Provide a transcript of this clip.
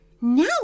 Now